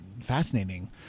fascinating